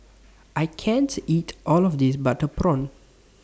I can't eat All of This Butter Prawn